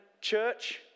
church